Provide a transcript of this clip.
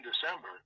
December